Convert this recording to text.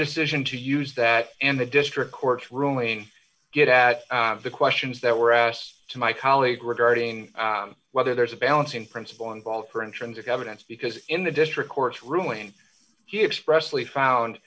decision to use that and the district court's ruling get at the questions that were asked to my colleague regarding whether there's a balancing principle involved for in terms of evidence because in the district court's ruling he expressed lee found